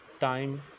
time